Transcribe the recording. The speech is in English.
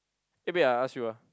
eh wait I ask you ah